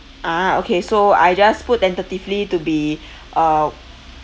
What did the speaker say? ah okay so I just put tentatively to be uh